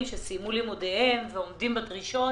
מהפריפריה שסיימו את לימודיהם ועומדים בדרישות.